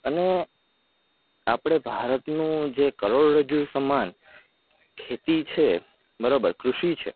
અને આપણે ભારતનું જે કરોડરજ્જુ સમાન ખેતી છે બરોબર કૃષિ છે